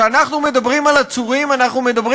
כשאנחנו מדברים על עצורים אנחנו על מדברים